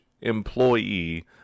employee